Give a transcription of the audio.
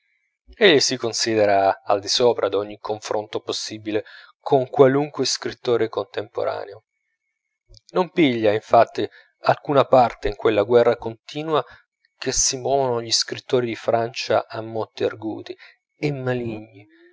egli si considera al di sopra d'ogni confronto possibile con qualunque scrittore contemporaneo non piglia infatti alcuna parte in quella guerra continua che si movono gli scrittori di francia a motti arguti e maligni